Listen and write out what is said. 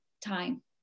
time